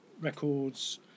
records